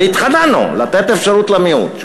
והתחננו לתת אפשרות למיעוט,